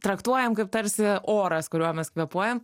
traktuojam kaip tarsi oras kuriuo mes kvėpuojam